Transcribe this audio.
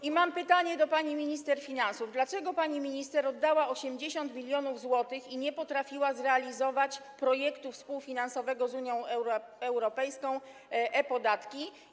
I mam pytanie do pani minister finansów: Dlaczego pani minister oddała 80 mln zł i nie potrafiła zrealizować projektu współfinansowanego przez Unię Europejską e-Podatki?